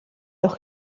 los